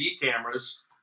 cameras